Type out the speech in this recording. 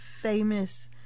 famous